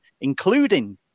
including